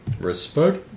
Respect